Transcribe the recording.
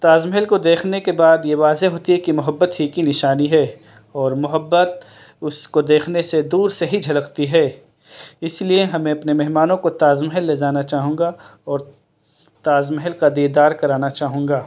تاج محل کو دیکھنے کے بعد یہ واضح ہوتی ہے کہ محبّت ہی کی نشانی ہے اور محبّت اس کو دیکھنے سے دور سے ہی جھلکتی ہے اس لیے ہمیں اپنے مہمانوں کو تاج محل لے جانا چاہوں گا اور تاج محل کا دیدار کرانا چاہوں گا